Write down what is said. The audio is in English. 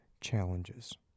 challenges